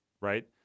right